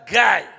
guy